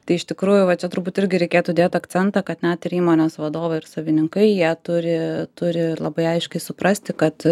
tai iš tikrųjų va čia turbūt irgi reikėtų dėt akcentą kad net ir įmonės vadovai ir savininkai jie turi turi labai aiškiai suprasti kad